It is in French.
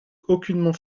aucunement